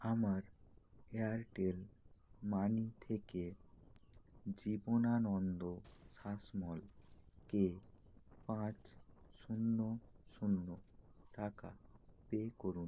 আমার Airtel money থেকে জীবনানন্দ শাসমলকে পাঁচ শূন্য শূন্য টাকা পে করুন